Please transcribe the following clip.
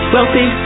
Wealthy